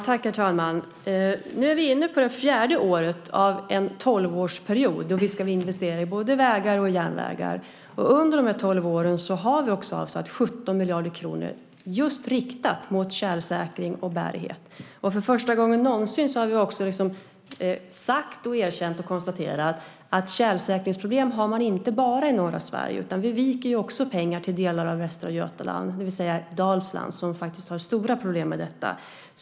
Herr talman! Nu är vi inne på det fjärde året av en tolvårsperiod. Visst ska vi investera i både vägar och järnvägar! Under de här tolv åren har vi avsatt 17 miljarder kronor riktat just till tjälsäkring och bärighet. För första gången någonsin har vi också sagt, erkänt och konstaterat att det inte bara är i norra Sverige som man har tjälsäkringsproblem. Vi viker också pengar till delar av västra Götaland, det vill säga Dalsland, som har stora problem med detta.